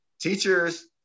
Teachers